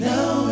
Now